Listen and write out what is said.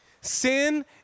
sin